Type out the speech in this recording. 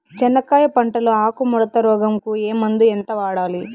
చెనక్కాయ పంట లో ఆకు ముడత రోగం కు ఏ మందు ఎంత వాడాలి?